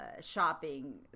shopping